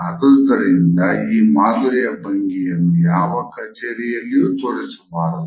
ಆದುದರಿಂದ ಈ ಮಾದರಿಯ ಭಂಗಿಯನ್ನು ಯಾವ ಕಚೇರಿಯಲ್ಲಿಯೂ ತೋರಿಸಬಾರದು